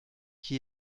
qui